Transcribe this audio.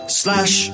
slash